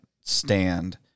stand